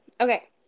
okay